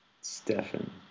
Stefan